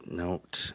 note